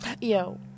yo